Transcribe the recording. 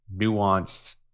nuanced